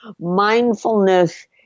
Mindfulness